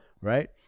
right